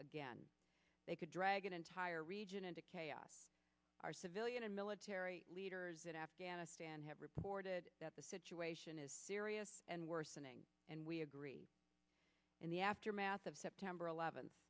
again they could drag an entire region into chaos our civilian and military leaders in afghanistan have reported that the situation is serious and worsening and we agree in the aftermath of september eleventh